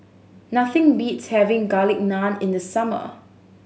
nothing beats having Garlic Naan in the summer